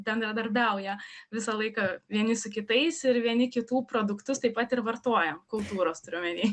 bendradarbiauja visą laiką vieni su kitais ir vieni kitų produktus taip pat ir vartoja kultūros turiu omeny